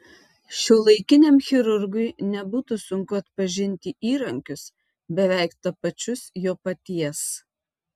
šiuolaikiniam chirurgui nebūtų sunku atpažinti įrankius beveik tapačius jo paties